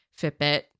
Fitbit